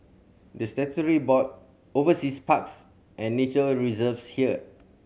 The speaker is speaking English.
the statutory board oversees parks and nature reserves here